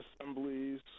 assemblies